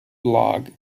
blog